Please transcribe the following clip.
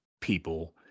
people